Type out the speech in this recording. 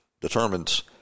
determines